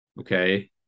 okay